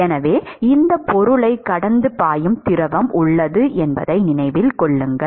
எனவே இந்த பொருளைக் கடந்து பாயும் திரவம் உள்ளது என்பதை நினைவில் கொள்ளுங்கள்